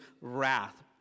wrath